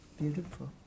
Beautiful